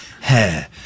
hair